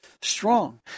strong